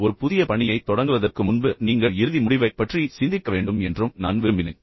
ஆனால் ஒரு புதிய பணியைத் தொடங்குவதற்கு முன்பு நீங்கள் இறுதி முடிவைப் பற்றி சிந்திக்க வேண்டும் என்றும் நான் விரும்பினேன்